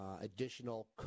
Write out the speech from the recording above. additional